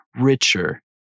richer